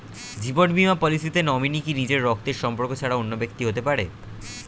জীবন বীমা পলিসিতে নমিনি কি নিজের রক্তের সম্পর্ক ছাড়া অন্য ব্যক্তি হতে পারে?